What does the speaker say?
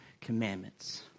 commandments